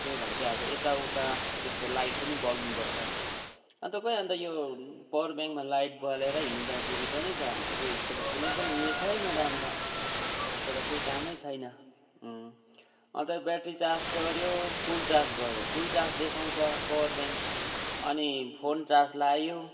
के हो भने चाहिँ अब यताउता त्यसको लाइट पनि बल्नुपर्छ अन्त खोइ अन्त यो पावर ब्याङ्कमा लाइट बालेरै हिँड्दाखेरि पनि त अन्त खोइ यसको त कुनै पनि उ यो छैन त अन्त यसको त केही कामै छैन अँ अन्त ब्याट्री चार्ज गऱ्यो फुल चार्ज गऱ्यो फुल चार्ज देखाउँछ पावर ब्याङ्क अनि फोन चार्ज लायो